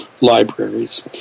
libraries